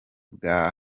bwa